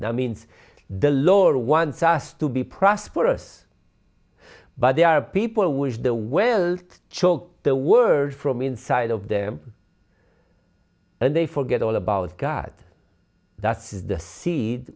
now means the lord once asked to be prosperous but there are people which the well choke the word from inside of them and they forget all about god that's the seed